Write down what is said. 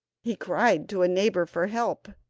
he cried to a neighbour for help,